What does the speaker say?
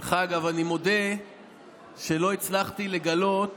דרך אגב, אני מודה שלא הצלחתי לגלות